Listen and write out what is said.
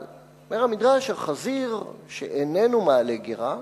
אבל, אומר המדרש, החזיר, שאינו מעלה גרה,